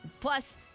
plus